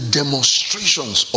demonstrations